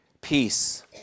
Peace